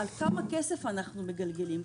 כמה כסף אנחנו מגלגלים,